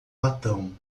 latão